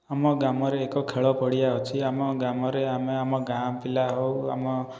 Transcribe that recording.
ଆମ ଗ୍ରାମରେ ଏକ ଖେଳ ପଡ଼ିଆ ଅଛି ଆମ ଗ୍ରାମରେ ଆମେ ଆମ ଗାଁ ପିଲା ହଉ ଆମ